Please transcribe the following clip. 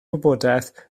gwybodaeth